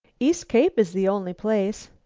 east cape is the only place.